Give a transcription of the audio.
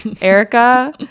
Erica